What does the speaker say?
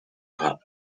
rap